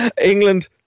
England